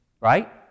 Right